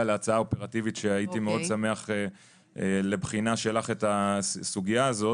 להצעה אופרטיבית שהייתי מאוד שמח לבחינה שלך את הסוגיה הזאת